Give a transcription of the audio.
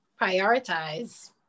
prioritize